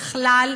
ככלל,